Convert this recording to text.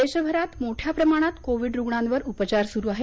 देशभरात मोठ्या प्रमाणात कोविड रुग्णांवर उपचार सुरू आहेत